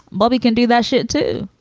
bobby can do that shit to